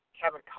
Kevin